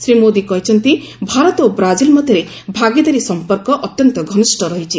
ଶ୍ରୀ ମୋଦି କହିଛନ୍ତି ଭାରତ ଓ ବାଜିଲ ମଧ୍ୟରେ ଭାଗିଦାରୀ ସଂପର୍କ ଅତ୍ୟନ୍ତ ଘନିଷ୍ଠ ରହିଛି